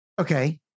Okay